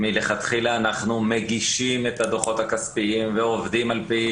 מלכתחילה אנחנו מגישים את הדוחות הכספיים ועובדים על פי